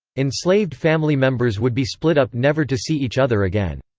enslaved family members would be split up never to see each other again.